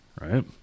right